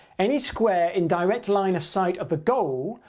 any square in direct line of sight of the goal,